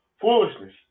Foolishness